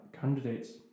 candidates